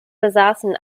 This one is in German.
besaßen